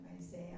Isaiah